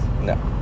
No